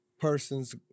person's